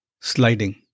sliding